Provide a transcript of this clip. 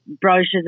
brochures